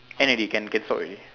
end already can can stop already